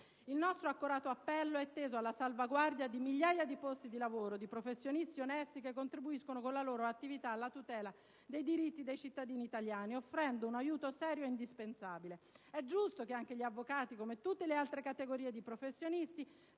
Il nostro accorato appello è teso alla salvaguardia di migliaia di posti di lavoro di professionisti onesti che contribuiscono con la loro attività alla tutela dei diritti dei cittadini italiani, offrendo un aiuto serio e indispensabile. È giusto che anche gli avvocati, come tutte le altre categorie di professionisti,